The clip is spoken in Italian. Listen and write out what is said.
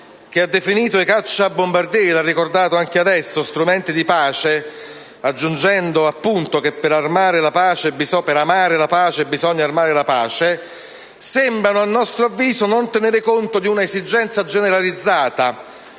che ha definito i cacciabombardieri (lo ha ricordato anche adesso) strumenti di pace, aggiungendo appunto che per amare la pace bisogna armare la pace, sembrano a nostro avviso non tenere conto di una esigenza generalizzata,